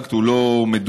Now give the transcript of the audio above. שהצגת הוא לא מדויק,